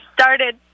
started